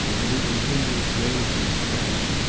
and he continued gravely smiling.